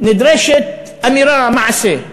נדרשת אמירה מעשית.